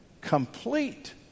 complete